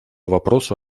вопросу